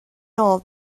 nôl